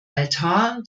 altar